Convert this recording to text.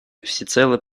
всецело